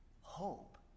Hope